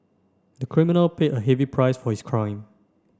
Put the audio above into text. the criminal paid a heavy price for his crime